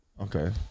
Okay